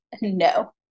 no